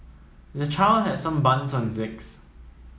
the child has some burns on his legs